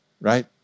right